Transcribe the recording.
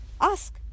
ask